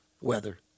weather